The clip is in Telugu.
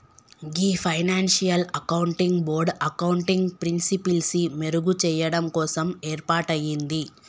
గీ ఫైనాన్షియల్ అకౌంటింగ్ బోర్డ్ అకౌంటింగ్ ప్రిన్సిపిల్సి మెరుగు చెయ్యడం కోసం ఏర్పాటయింది